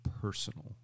personal